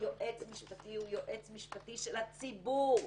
יועץ משפטי הוא יועץ משפטי של הציבור.